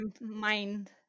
mind